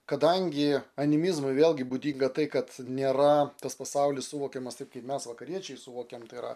kadangi animizmui vėlgi būdinga tai kad nėra tas pasaulis suvokiamas taip kaip mes vakariečiai suvokiam tai yra